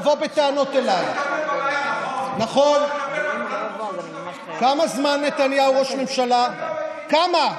אתה מדבר כרגע רק על נתניהו, לא.